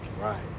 Right